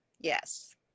yes